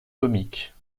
comique